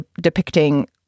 depicting